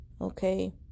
okay